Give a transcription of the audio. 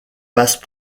passent